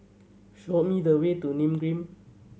show me the way to Nim Green